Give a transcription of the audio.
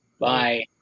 Bye